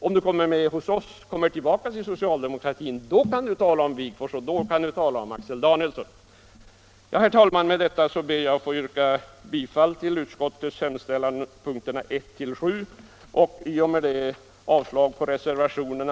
Om Jörn Svensson kommer tillbaka till socialdemokratin, kan han tala om Ernst Wigforss och Axel Danielsson.